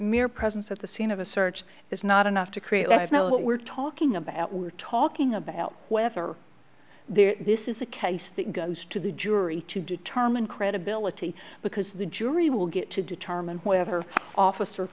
mere presence at the scene of a search is not enough to create let us know what we're talking about we're talking about whether they're this is a case that goes to the jury to determine credibility because the jury will get to determine whether officer